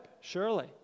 surely